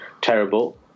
terrible